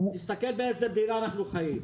תסתכל באיזו מדינה אנחנו חיים.